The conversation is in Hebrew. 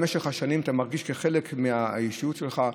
ובמשך השנים אתה מרגיש שזה חלק מהאישיות שלך,